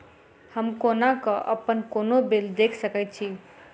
हम कोना कऽ अप्पन कोनो बिल देख सकैत छी?